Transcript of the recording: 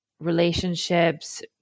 relationships